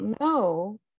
no